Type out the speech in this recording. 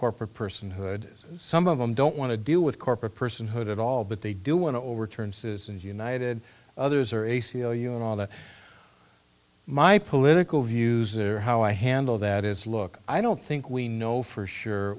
corporate personhood some of them don't want to deal with corporate personhood at all but they do want to overturn citizens united others are a c l u and all that my political views or how i handle that is look i don't think we know for sure